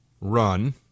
run